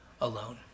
alone